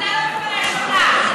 אתה לא מפנה שכונה,